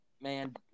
man